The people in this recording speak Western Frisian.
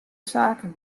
saken